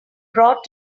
brought